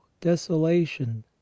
desolation